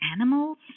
animals